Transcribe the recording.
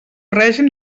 règim